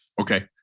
Okay